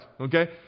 okay